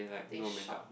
they shock